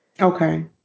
Okay